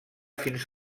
fins